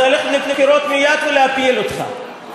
זה ללכת לבחירות מייד ולהפיל אותך.